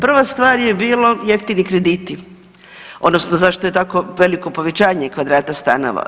Prva stvar je bilo jeftini krediti odnosno zašto je tako veliko povećanje kvadrata stanova.